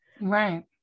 Right